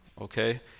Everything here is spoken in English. okay